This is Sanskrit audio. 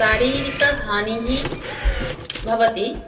शारीरिकहानिः भवति